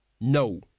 No